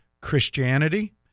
Christianity